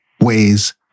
ways